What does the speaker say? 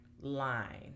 line